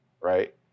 right